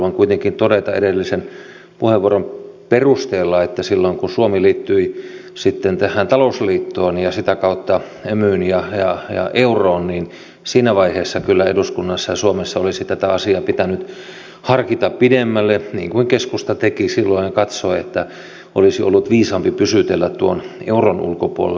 haluan kuitenkin todeta edellisen puheenvuoron perusteella että silloin kun suomi liittyi sitten tähän talousliittoon ja sitä kautta emuun ja euroon niin siinä vaiheessa kyllä eduskunnassa ja suomessa olisi tätä asiaa pitänyt harkita pidemmälle niin kuin keskusta teki silloin ja katsoi että olisi ollut viisaampi pysytellä tuon euron ulkopuolella